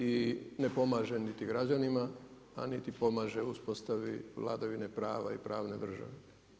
I ne pomaže niti građanima, a niti pomaže u uspostavi vladavini prava i pravne države.